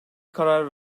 karar